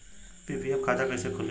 PPF खाता कैसे खुली?